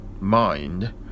mind